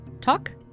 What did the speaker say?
talk